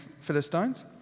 Philistines